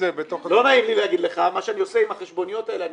לא נעים לי לומר לך מה אני עושה עם החשבוניות האלה.